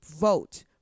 vote